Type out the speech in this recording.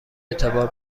اعتبار